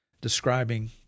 describing